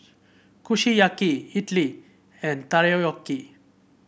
Kushiyaki Idili and Takoyaki